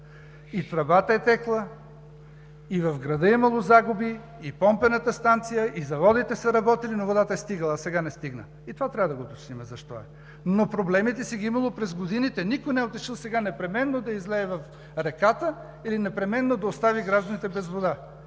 и тръбата е текла, и в града е имало загуби, и помпената станция, и заводите са работили, но водата е стигала, а сега не стигна. И това трябва да го уточним защо е. Но проблемите си ги е имало и през годините, никой не е отишъл сега непременно да излее в реката или непременно да остави гражданите без вода.